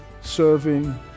serving